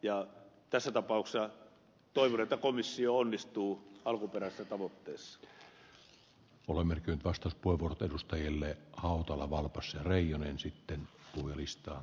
tässä tapauksessa toivon että komissio onnistuu alkuperäisessävokkyys ole mörkö vastus porvoon edustajille autolla valkosen reijonen alkuperäisessä tavoitteessaan